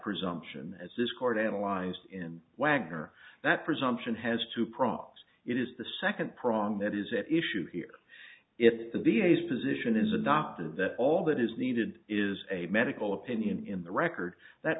presumption as this court analyzed in wagner that presumption has to process it is the second prong that is at issue here if the d a s position is adopted that all that is needed is a medical opinion in the record that